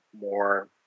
more